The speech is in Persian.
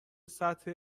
سطح